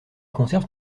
conserve